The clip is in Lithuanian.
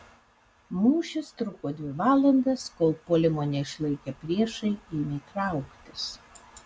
mūšis truko dvi valandas kol puolimo neišlaikę priešai ėmė trauktis